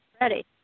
ready